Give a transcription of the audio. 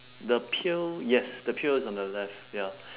the pail yes the pail is on the left ya